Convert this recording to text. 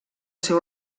seu